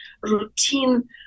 routine